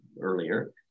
earlier